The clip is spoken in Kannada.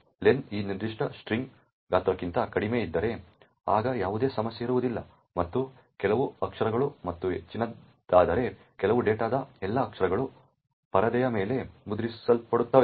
ಲೆನ್ ಈ ನಿರ್ದಿಷ್ಟ ಸ್ಟ್ರಿಂಗ್ನ ಗಾತ್ರಕ್ಕಿಂತ ಕಡಿಮೆಯಿದ್ದರೆ ಆಗ ಯಾವುದೇ ಸಮಸ್ಯೆ ಇರುವುದಿಲ್ಲ ಮತ್ತು ಕೆಲವು ಅಕ್ಷರಗಳು ಮತ್ತು ಹೆಚ್ಚಿನದಾದರೆ ಕೆಲವು ಡೇಟಾದ ಎಲ್ಲಾ ಅಕ್ಷರಗಳು ಪರದೆಯ ಮೇಲೆ ಮುದ್ರಿಸಲ್ಪಡುತ್ತವೆ